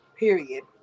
Period